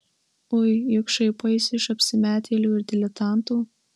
ui juk šaipaisi iš apsimetėlių ir diletantų